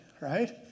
right